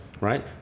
right